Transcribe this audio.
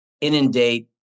inundate